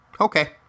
Okay